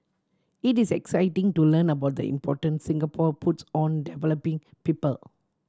it is exciting to learn about the importance Singapore puts on developing people